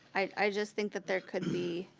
i just think that there could be,